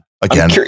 again